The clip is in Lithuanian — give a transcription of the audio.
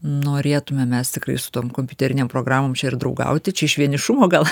norėtume mes tikrai su tom kompiuterinėm programom čia ir draugauti čia iš vienišumo gal